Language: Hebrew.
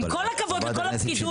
עם כל הכבוד לכל הפקידות.